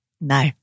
No